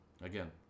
again